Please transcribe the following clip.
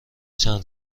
چند